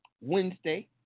Wednesday